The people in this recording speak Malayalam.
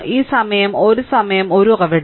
ഈ സമയം ഒരു സമയം ഒരു ഉറവിടം